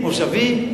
מושבים?